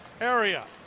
area